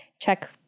check